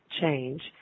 change